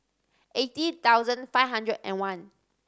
eighty thousand five hundred and one